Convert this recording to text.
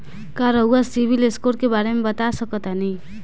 का रउआ सिबिल स्कोर के बारे में बता सकतानी?